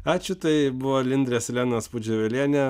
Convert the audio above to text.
ačiū tai buvo lindre silenaspudžiuvelienė